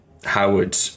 Howard